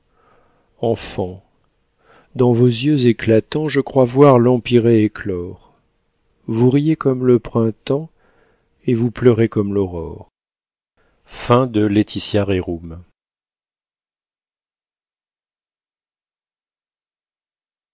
enfants dans vos yeux éclatants je crois voir l'empyrée éclore vous riez comme le printemps et vous pleurez comme l'aurore